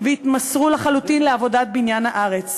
והתמסרו לחלוטין לעבודת בניין הארץ.